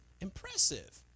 Impressive